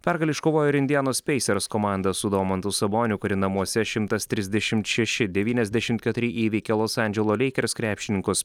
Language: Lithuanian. pergalę iškovojo ir indianos peisers komanda su domantu saboniu kuri namuose šimtas trisdešimt šeši devyniasdešimt keturi įveikė los andželo leikers krepšininkus